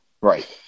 Right